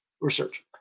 Research